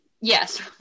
yes